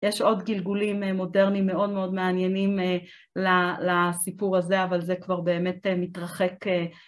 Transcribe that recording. יש עוד גלגולים מודרניים מאוד מאוד מעניינים לסיפור הזה אבל זה כבר באמת מתרחק